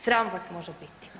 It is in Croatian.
Sram vas može biti.